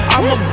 I'ma